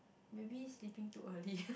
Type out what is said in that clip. maybe sleeping too early